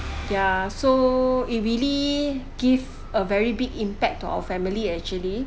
ya so it really give a very big impact to our family actually